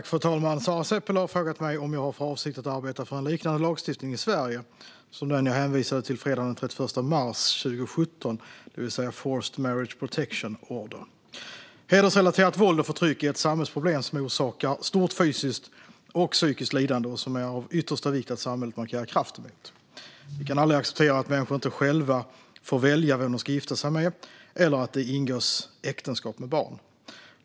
Fru talman! Sara Seppälä har frågat mig om jag har för avsikt att arbeta för en liknande lagstiftning i Sverige som den jag hänvisade till fredagen den 31 mars 2017, det vill säga forced marriage protection order. Hedersrelaterat våld och förtryck är ett samhällsproblem som orsakar stort fysiskt och psykiskt lidande och som det är av yttersta vikt att samhället markerar med kraft mot. Vi kan aldrig acceptera att människor inte själva får välja vem de ska gifta sig med eller att det ingås äktenskap med barn.